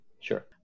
Sure